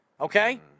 Okay